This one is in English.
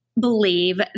believe